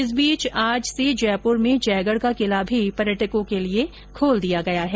इस बीच आज से जयपुर में जयगढ का किला भी पर्यटको के लिए खोल दिया गया है